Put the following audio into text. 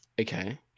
okay